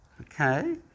Okay